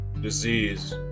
disease